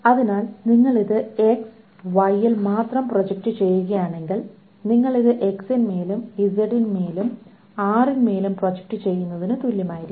അതിനാൽ നിങ്ങൾ ഇത് എക്സ് വൈയിൽ മാത്രം പ്രൊജക്റ്റ് ചെയ്യുകയാണെങ്കിൽ നിങ്ങൾ ഇത് എക്സിന്മേലും ഇസഡ് ആർ ന്മേലും പ്രൊജക്റ്റ് ചെയ്യുന്നതിന് തുല്യമായിരിക്കും